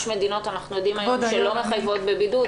אנחנו יודעים שיש מדינות שלא מחייבות בבידוד.